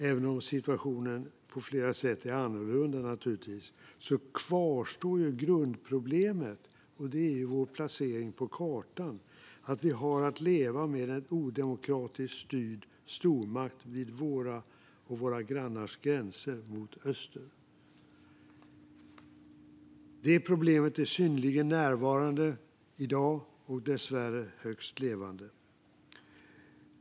Även om situationen på flera sätt är annorlunda kvarstår grundproblemet, som är vår placering på kartan. Vi har att leva med en odemokratiskt styrd stormakt vid våra och våra grannars gränser mot öster. Det problemet är synnerligen närvarande i dag och dessvärre högst levande.